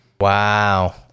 Wow